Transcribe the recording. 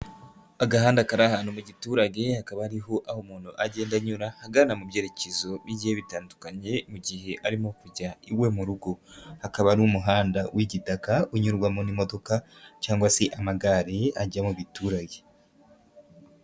Agahanda kari ahantu mu giturage hakaba ariho aho umuntu agenda anyura, agana mu byerekezo bigiye bitandukanye mu gihe arimo kujya iwe mu rugo, akaba ari umuhanda w'igitaka unyurwamo n'imodoka cyangwa se amagare ajya mu giturage.